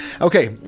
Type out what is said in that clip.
okay